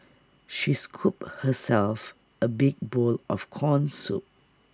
she scooped herself A big bowl of Corn Soup